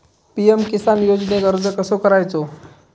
PM Kisan योजनेक अर्ज कसो करायचो?